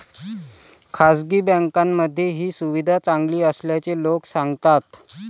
खासगी बँकांमध्ये ही सुविधा चांगली असल्याचे लोक सांगतात